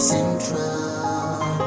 Central